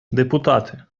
депутати